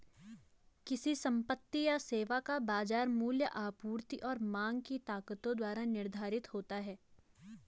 किसी संपत्ति या सेवा का बाजार मूल्य आपूर्ति और मांग की ताकतों द्वारा निर्धारित होता है